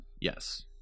Yes